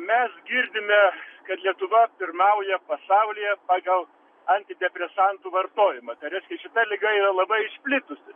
mes girdime kad lietuva pirmauja pasaulyje pagal antidepresantų vartojimą tai reiškia šita liga yra labai išplitusi